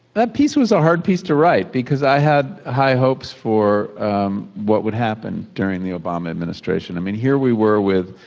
but piece was a hard piece to write. i had high hopes for what would happen during the obama administration. i mean here we were with